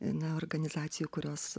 na organizacijų kurios